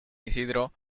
isidro